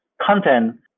content